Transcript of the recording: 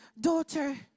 daughter